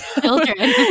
children